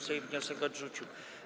Sejm wniosek odrzucił.